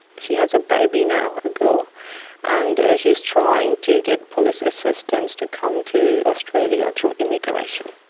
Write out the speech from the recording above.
she has a baby now, a girl and she is trying to get police assistance to come to australia through immigration.